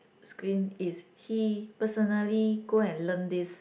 screen is he personally go and learn this